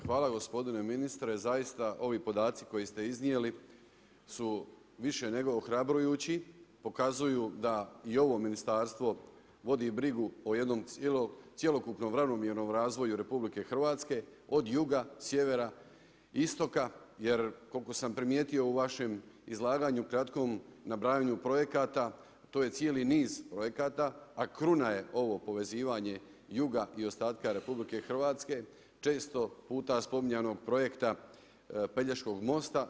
Hvala gospodine ministre, zaista ovi podaci koji ste iznijeli su više nego ohrabrujući, pokazuju da i ovo ministarstvo vodi brigu o jednom cjelokupnom ravnomjernom radu Republike Hrvatske od juga, sjevera, istoka jer koliko sam primijetio u vašem izlaganju, kratkom, nabrajanju projekata, to je cijeli niz projekata, a kruna je ovo povezivanje juga i ostatka Republike Hrvatske često puta spominjanog projekta Pelješkog mosta.